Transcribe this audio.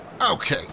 Okay